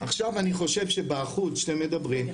עכשיו אני חושב שבאחוד שאתם מדברים,